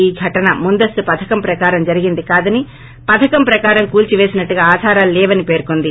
ఈ ఘటన ముందుస్తు పథకం ప్రకారం జరిగింది కాదని పథకం ప్రకారం కూల్చిపేసినట్టుగా ఆధారాలు లేవని పేర్కొంది